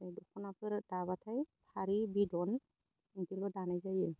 दख'नाफोर दाब्लाथाय फारि बिदन इदिल' दानाय जायो